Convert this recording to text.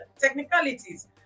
technicalities